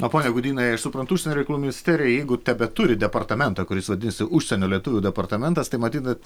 a pone gudynai aš suprantu užsienio reikalų ministerija jeigu tebeturi departamentą kuris vadinasi užsienio lietuvių departamentas tai matyt